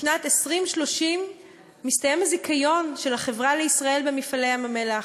בשנת 2030 מסתיים הזיכיון של "החברה לישראל" במפעלי ים-המלח.